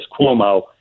Cuomo